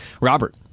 Robert